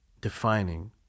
Defining